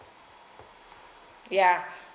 ya